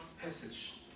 passage